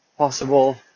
possible